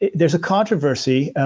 there's a controversy,